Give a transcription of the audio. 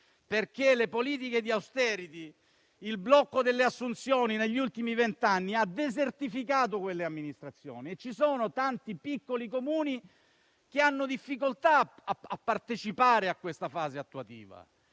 perché le politiche di *austerity* e il blocco delle assunzioni negli ultimi vent'anni le hanno desertificate e ci sono tanti piccoli Comuni che hanno difficoltà a partecipare a questa fase attuativa.